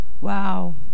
Wow